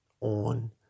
on